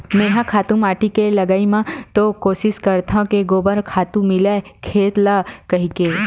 मेंहा खातू माटी के लगई म तो कोसिस करथव के गोबर खातू मिलय खेत ल कहिके